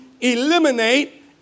eliminate